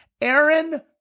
Aaron